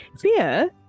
Fear